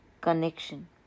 connection